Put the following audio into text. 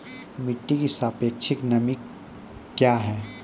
मिटी की सापेक्षिक नमी कया हैं?